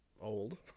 old